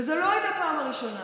וזאת לא הייתה הפעם הראשונה,